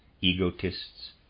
egotists